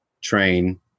train